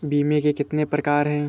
बीमे के कितने प्रकार हैं?